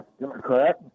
Democrat